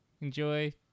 Enjoy